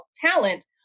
talent